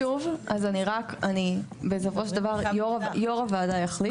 שוב, אז בסופו של דבר יו״ר הוועדה יחליט.